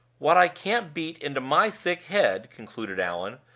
what i can't beat into my thick head, concluded allan,